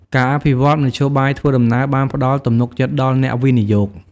ការអភិវឌ្ឍមធ្យោបាយធ្វើដំណើរបានផ្តល់ទំនុកចិត្តដល់អ្នកវិនិយោគ។